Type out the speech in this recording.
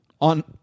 on